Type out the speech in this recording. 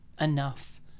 enough